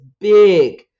big